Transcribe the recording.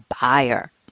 buyer